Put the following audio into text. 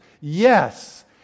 Yes